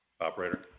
Operator